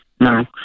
no